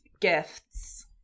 gifts